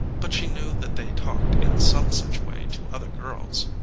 but she knew that they talked in some such way to other girls.